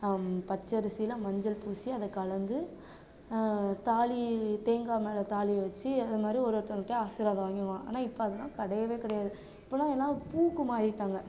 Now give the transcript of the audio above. பச்சரிசியில் மஞ்சள் பூசி அதை கலந்து தாலி தேங்காய் மேல் தாலியை வச்சு அதுமாதிரி ஒரு ஒருத்தங்கட்டேயும் ஆசிர்வாதம் வாங்கிடுவோம் ஆனால் இப்போ அதலாம் கிடையவே கிடையாது இப்போதெலாம் எல்லாம் பூவுக்கு மாறிவிட்டாங்க